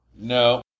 No